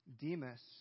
Demas